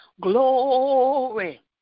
Glory